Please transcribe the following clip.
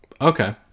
Okay